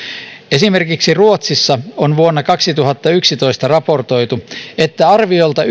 esimerkiksi ruotsissa on vuonna kaksituhattayksitoista raportoitu että arviolta